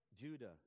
Judah